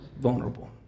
vulnerable